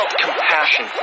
compassion